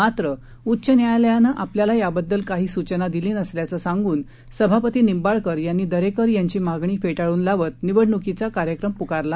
मात्र उच्च न्यायालयानं आपल्याला याबद्दल काही सूचना दिली नसल्याचं सांगून सभापती निंबाळकर यांनी दरेकर यांची मागणी फेटाळून लावत निवडणुकीचा कार्यक्रम पुकारला